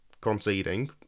conceding